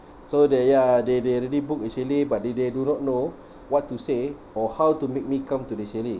so they ya they they already booked in sini but they they do not know what to say or how to make me come to the sini